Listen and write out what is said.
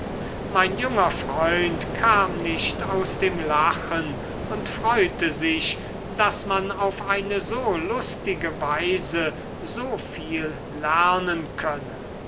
mein junger freund kam nicht aus dem lachen und freute sich daß man auf eine so lustige weise so viel lernen könne